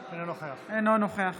אינו נוכח